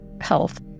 health